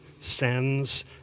sends